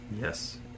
Yes